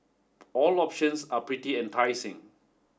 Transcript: all options are pretty enticing